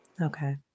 Okay